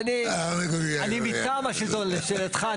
אני מטעם השלטון לשאלתך.